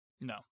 No